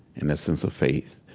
and that sense of faith.